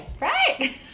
Right